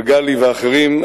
מגלי ואחרים.